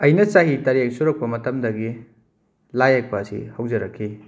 ꯑꯩꯅ ꯆꯍꯤ ꯇꯔꯦꯠ ꯁꯨꯔꯛꯄ ꯃꯇꯝꯗꯒꯤ ꯂꯥꯏꯌꯦꯛꯄ ꯑꯁꯤ ꯍꯧꯖꯔꯛꯈꯤ